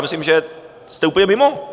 Myslím, že jste úplně mimo.